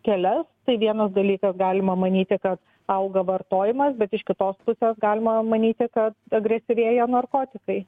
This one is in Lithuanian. kelias tai vienas dalykas galima manyti kad auga vartojimas bet iš kitos pusės galima manyti kad agresyvėja narkotikai